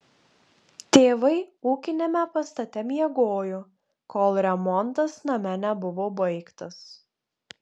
tėvai ūkiniame pastate miegojo kol remontas name nebuvo baigtas